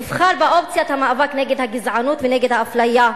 נבחר באופציית המאבק נגד הגזענות ונגד האפליה.